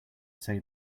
say